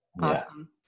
Awesome